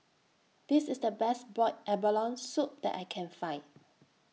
This IS The Best boiled abalone Soup that I Can Find